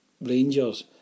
Rangers